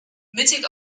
mittig